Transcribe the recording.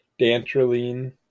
dantrolene